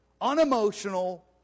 unemotional